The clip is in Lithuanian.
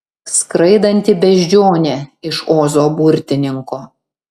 skraidanti beždžionė iš ozo burtininko